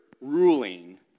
ruling